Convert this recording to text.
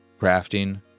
crafting